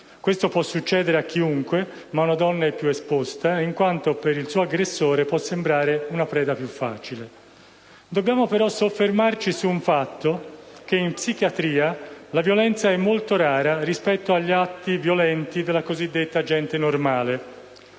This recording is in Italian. Ciò può accadere a chiunque, ma una donna è più esposta, in quanto al suo aggressore può sembrare una preda più facile. Dobbiamo però soffermarci sul fatto che in psichiatria la violenza è molto rara, se confrontata con gli atti violenti della cosiddetta gente normale: